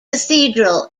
cathedral